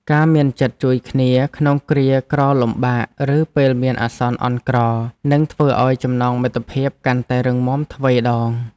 ការមានចិត្តជួយគ្នាក្នុងគ្រាក្រលំបាកឬពេលមានអាសន្នអន់ក្រនឹងធ្វើឱ្យចំណងមិត្តភាពកាន់តែរឹងមាំទ្វេដង។